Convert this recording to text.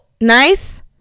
nice